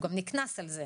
הוא גם נקנס על זה.